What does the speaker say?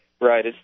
Right